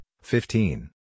fifteen